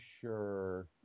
sure